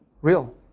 real